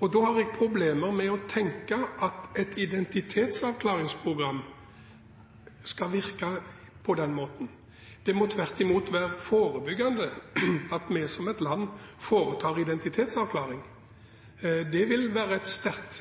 Da har jeg problemer med å tenke at et identitetsavklaringsprogram skal virke på den måten. Det må tvert imot være forebyggende at vi som land foretar identitetsavklaring. Det vil være et sterkt